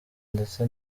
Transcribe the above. ndetse